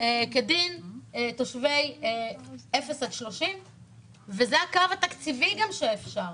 כדין תושבי טווח אפס עד 30. זה גם הקו התקציבי שאפשר.